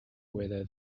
whether